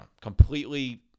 completely